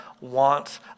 wants